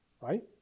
Right